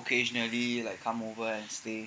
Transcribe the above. occasionally like come over and stay